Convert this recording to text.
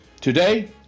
Today